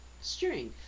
string